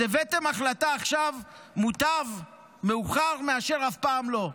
אז הבאתם החלטה עכשיו, מוטב מאוחר מאשר אף פעם לא.